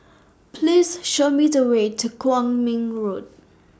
Please Show Me The Way to Kwong Min Road